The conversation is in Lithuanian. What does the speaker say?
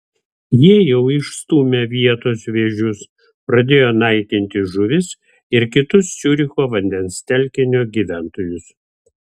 jie jau išstūmė vietos vėžius pradėjo naikinti žuvis ir kitus ciuricho vandens telkinio gyventojus